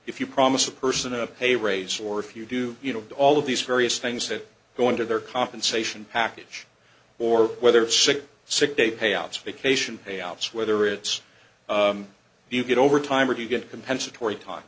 if you promise a person a pay raise or if you do you know do all of these various things that go into their compensation package or whether it's sick sick day payouts vacation pay outs whether it's you get overtime or you get compensatory t